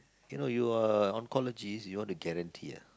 you know you are oncologist you want to guarantee ah